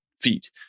feet